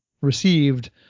received